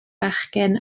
bechgyn